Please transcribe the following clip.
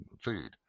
food